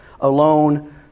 alone